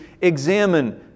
examine